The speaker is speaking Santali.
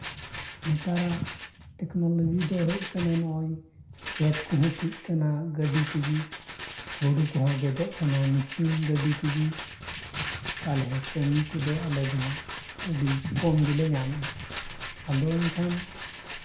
ᱱᱮᱛᱟᱨᱟᱜ ᱴᱮᱠᱱᱳᱞᱚᱡᱤ ᱫᱚ ᱦᱮᱡ ᱟᱠᱟᱱᱟ ᱱᱚᱜᱼᱚᱭ ᱠᱷᱮᱛ ᱠᱚᱦᱚᱸ ᱥᱤᱜ ᱠᱟᱱᱟ ᱜᱟᱹᱰᱤ ᱛᱮᱜᱮ ᱦᱩᱲᱩ ᱠᱚᱦᱚᱸ ᱜᱮᱫᱚᱜ ᱠᱟᱱᱟ ᱢᱮᱥᱤᱱ ᱜᱟᱹᱰᱤ ᱛᱮᱜᱮ ᱛᱟᱦᱚᱞᱮ ᱠᱟᱹᱢᱤ ᱠᱚᱫᱚ ᱟᱞᱮ ᱫᱚ ᱦᱟᱜ ᱟᱹᱰᱤ ᱠᱚᱢ ᱜᱮᱞᱮ ᱧᱟᱢ ᱮᱫᱼᱟ ᱟᱫᱚ ᱮᱱᱠᱷᱟᱱ